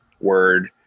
word